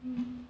mm